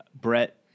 Brett